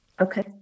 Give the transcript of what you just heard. Okay